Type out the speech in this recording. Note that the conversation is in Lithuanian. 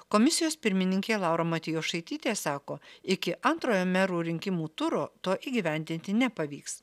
komisijos pirmininkė laura matjošaitytė sako iki antrojo merų rinkimų turo to įgyvendinti nepavyks